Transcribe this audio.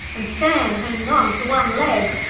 and sam hanging on to one leg.